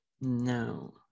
No